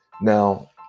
Now